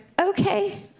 Okay